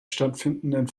stattfindenden